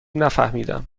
نفهمیدم